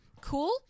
cool